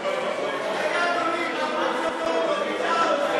רגע, אדוני, למה הצבעה?